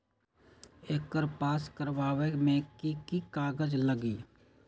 एकर पास करवावे मे की की कागज लगी?